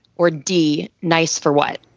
or d nice for what